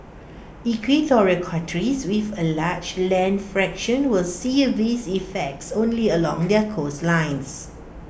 equatorial countries with A large land fraction will see these effects only along their coastlines